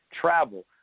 travel